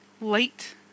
light